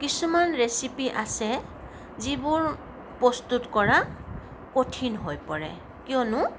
কিছুমান ৰেচিপি আছে যিবোৰ প্ৰস্তুত কৰা কঠিন হৈ পৰে কিয়নো